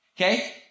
okay